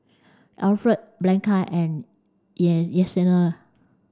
Alfred Bianca and Yessenia